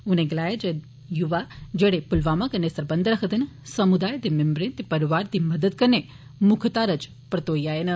उनें गलाया जे एह् युवा जेहड़े पुलवामा कन्नै सरबंघ रक्खदे न समुदाय दे मिंबरें ते परोआर दी मदद कन्नै मुक्ख धारा च परतोई आए न